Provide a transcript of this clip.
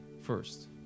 first